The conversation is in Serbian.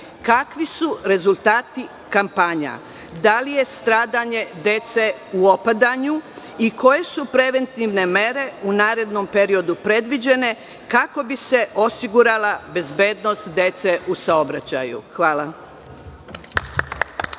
kakvi su rezultati kampanja? Da li je stradanje dece u opadanju i koje su preventivne mere u narednom periodu predviđene, kako bi se osigurala bezbednost dece u saobraćaju? Hvala.